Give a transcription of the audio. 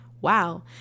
wow